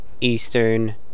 Eastern